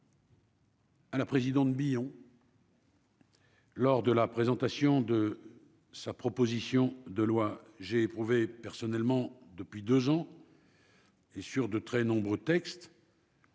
Ah, la présidente, bilan. Lors de la présentation de sa proposition de loi, j'ai éprouvé personnellement depuis 2 ans. Et sur de très nombreux textes.